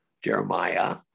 Jeremiah